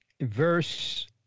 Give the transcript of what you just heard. verse